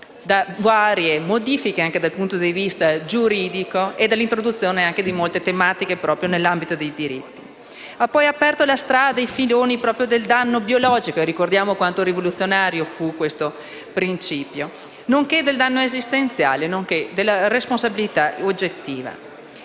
da varie modifiche, anche dal punto di vista giuridico, e dall'introduzione anche di molte tematiche proprio nell'ambito dei diritti. Ha poi aperto la strada ai filoni del danno biologico (e ricordiamo quanto rivoluzionario fu questo principio), del danno esistenziale, nonché della responsabilità oggettiva.